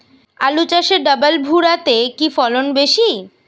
আলু চাষে ডবল ভুরা তে কি ফলন বেশি?